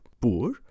poor